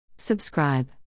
Subscribe